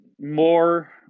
more